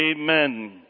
Amen